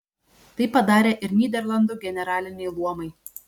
tai padarė ir nyderlandų generaliniai luomai